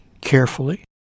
Carefully